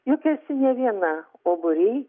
juk esi ne viena o būry